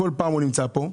כל פעם הוא נמצא פה,